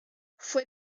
fue